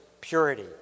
purity